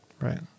Right